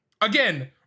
again